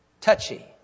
Touchy